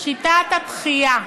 שיטת הדחייה.